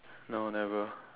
no never